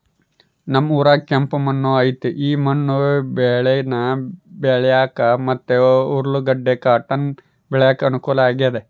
ನಮ್ ಊರಾಗ ಕೆಂಪು ಮಣ್ಣು ಐತೆ ಈ ಮಣ್ಣು ಬೇಳೇನ ಬೆಳ್ಯಾಕ ಮತ್ತೆ ಉರ್ಲುಗಡ್ಡ ಕಾಟನ್ ಬೆಳ್ಯಾಕ ಅನುಕೂಲ ಆಗೆತೆ